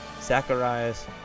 zacharias